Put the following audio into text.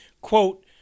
Quote